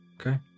Okay